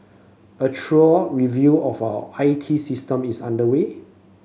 a thorough review of our I T system is underway